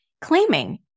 claiming